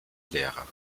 lehrer